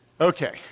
Okay